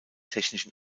technischen